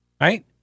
right